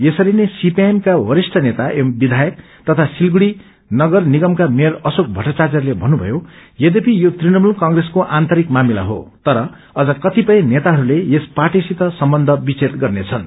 यसरी नै सीपीआईएम क्व वरिष्ठ नेता एवं विधायक तथा सिलगढ़ी नगर निगमका मेयर अश्रोक भट्टाचार्यले भन्नुभयो यद्वपि यो तृणमूल कंप्रेसको आन्तरिक मामिला हो तर अझ कतिपय नेताहरूले यस पार्टीसित सम्बन्ध विच्छेद गर्नेछन्